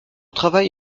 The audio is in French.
travail